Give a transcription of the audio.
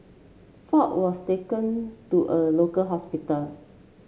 ford was taken to a local hospital